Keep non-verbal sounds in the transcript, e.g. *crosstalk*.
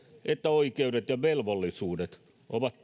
että oikeudet ja velvollisuudet ovat *unintelligible*